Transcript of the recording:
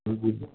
जी जी सर